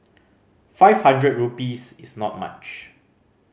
five hundred rupees is not much